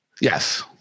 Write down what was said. yes